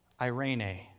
Irene